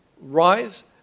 Rise